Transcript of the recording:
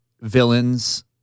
villain's